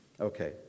Okay